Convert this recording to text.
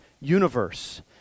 universe